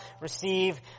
receive